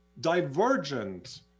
divergent